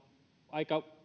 aika